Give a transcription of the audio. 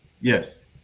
Yes